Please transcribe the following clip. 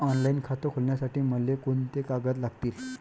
Online खातं खोलासाठी मले कोंते कागद लागतील?